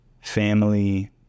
family